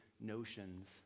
notions